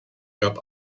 gab